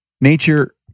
nature